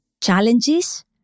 challenges